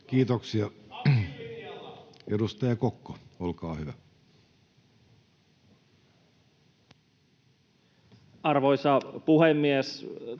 Kiitoksia. — Edustaja Kokko, olkaa hyvä. [Speech